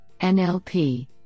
NLP